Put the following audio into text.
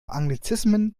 anglizismen